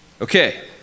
Okay